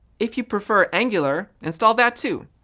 if you prefer angular, install that, too.